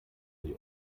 die